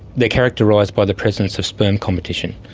they're characterised by the presence of sperm competition.